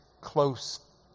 close